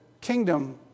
kingdom